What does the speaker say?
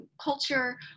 culture